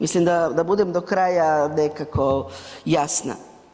Mislim, da bude do kraja nekako jasna.